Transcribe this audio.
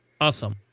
awesome